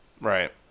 Right